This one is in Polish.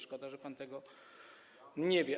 Szkoda, że pan tego nie wie.